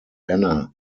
anna